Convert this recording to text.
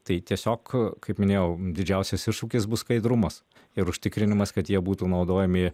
tai tiesiog kaip minėjau didžiausias iššūkis bus skaidrumas ir užtikrinimas kad jie būtų naudojami